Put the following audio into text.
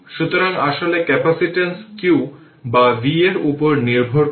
সুতরাং আসলে capacitance q বা v এর উপর নির্ভর করে না